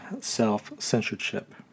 self-censorship